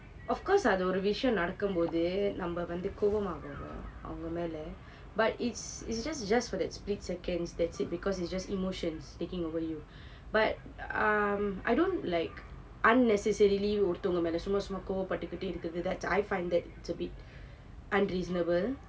of course அது ஒரு விஷயம் நடக்கும்போது நம்ம வந்து ஆவோம்லே அவங்க மேல:athu oru vishyam nadakumpothu namma vanthu kovam aavoamle avanga mela but it's it's just just for that split seconds that's it because it's just emotions taking over you but um I don't like unnecessarily ஒருதங்க மேல சும்மா சும்மா கோவம் பட்டுக்கிட்டு இருக்கிறது:oruthanga mela summa summa kovam pattukikittu irukkirathu that's I find that it's a bit unreasonable